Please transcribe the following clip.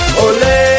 ole